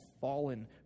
fallen